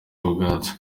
ubwatsi